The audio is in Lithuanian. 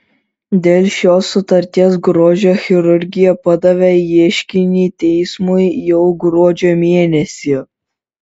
dėl šios sutarties grožio chirurgija padavė ieškinį teismui jau gruodžio mėnesį